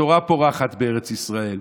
התורה פורחת בארץ ישראל,